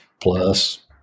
plus